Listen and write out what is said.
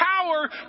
power